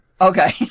Okay